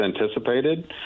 anticipated